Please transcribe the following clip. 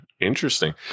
interesting